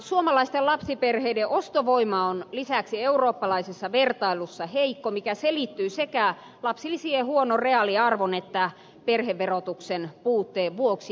suomalaisten lapsiperheiden ostovoima on lisäksi eurooppalaisessa vertailussa heikko mikä selittyy sekä lapsilisien huonon reaaliarvon että perheverotuksen puutteen vuoksi